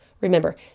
Remember